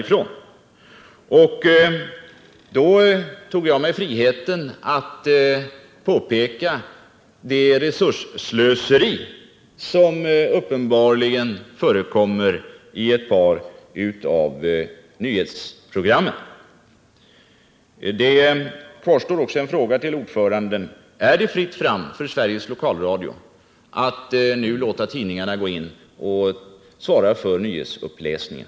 I det sammanhanget tog jag mig friheten att påpeka det resursslöseri som uppenbarligen förekommer i ett par av nyhetsprogrammen. Det kvarstår också en fråga till ordföranden: Är det fritt fram för Sveriges lokalradio att nu låta tidningarna gå in och svara för nyhetsuppläsningen?